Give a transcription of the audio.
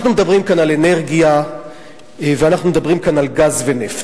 אנחנו מדברים כאן על אנרגיה ואנחנו מדברים כאן על גז ונפט,